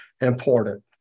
important